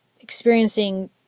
experiencing